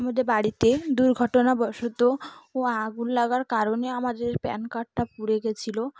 আমাদের বাড়িতে দুর্ঘটনাবশত ও আগুন লাগার কারণে আমাদের প্যান কার্ডটা পুড়ে গেছিলো